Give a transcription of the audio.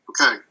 Okay